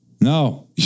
No